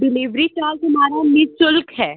delivery charge हमारा निःशुल्क है